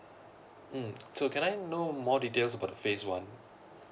mm so can I know more details about the phase one